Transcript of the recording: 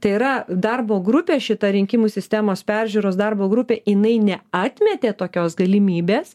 tai yra darbo grupė šitą rinkimų sistemos peržiūros darbo grupė inai ne atmetė tokios galimybės